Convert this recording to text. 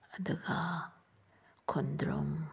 ꯑꯗꯨꯒ ꯈꯣꯡꯗ꯭ꯔꯨꯝ